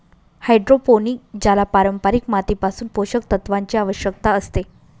hydroponic ज्याला पारंपारिक मातीपासून पोषक तत्वांची आवश्यकता असते